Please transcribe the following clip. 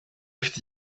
ifite